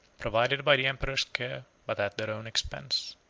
provided by the emperor's care, but at their own expense.